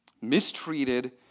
Mistreated